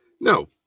No